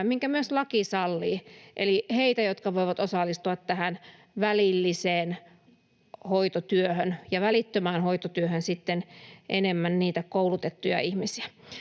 minkä myös laki sallii, eli heitä, jotka voivat osallistua tähän välilliseen hoitotyöhön, ja välittömään hoitotyöhön sitten enemmän niitä koulutettuja ihmisiä.